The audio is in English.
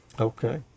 okay